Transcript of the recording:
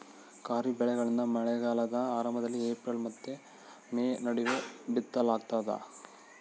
ಖಾರಿಫ್ ಬೆಳೆಗಳನ್ನ ಮಳೆಗಾಲದ ಆರಂಭದಲ್ಲಿ ಏಪ್ರಿಲ್ ಮತ್ತು ಮೇ ನಡುವೆ ಬಿತ್ತಲಾಗ್ತದ